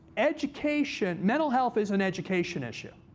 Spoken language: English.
education mental health is an education issue.